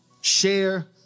Share